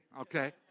okay